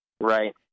Right